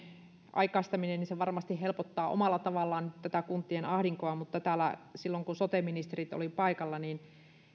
aikaistaminen varmasti helpottaa omalla tavallaan nyt tätä kuntien ahdinkoa mutta täällä silloin kun sote ministerit olivat paikalla